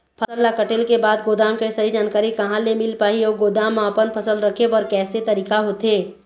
फसल ला कटेल के बाद गोदाम के सही जानकारी कहा ले मील पाही अउ गोदाम मा अपन फसल रखे बर कैसे तरीका होथे?